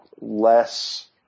less